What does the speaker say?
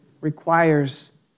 requires